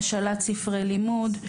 השאלת ספרי לימוד,